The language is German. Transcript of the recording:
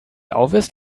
aufisst